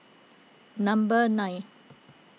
number nine